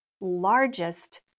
largest